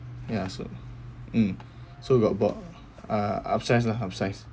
ya so mm so got about uh upsize lah upsize